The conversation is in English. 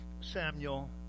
Samuel